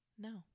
No